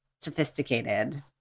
sophisticated